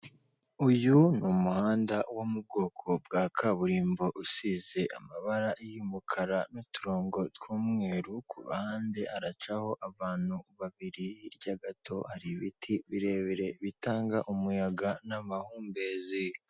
Uyu ni umuhanda wo mu bwoko bw'akaburimbo, usize amabara y'umukara n'utorongo tw'umweru, ku ruhande haracaho abantu babiri hirya gato hari ibiti birebire bitanga umuyaga n'amahumbezi.